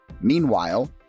Meanwhile